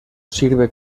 sirve